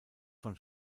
von